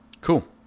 Cool